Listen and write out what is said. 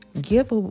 Give